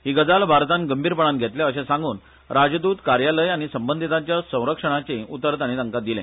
ही गजाल भारतान गंभीरपणान घेतल्या अशें सांगून राजदूत कार्यालय आनी संबंधितांच्या संरक्षणाचेय उतर ताणी तांका दिले